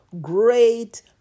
great